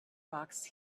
rocks